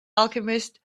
alchemist